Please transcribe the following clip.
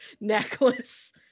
necklace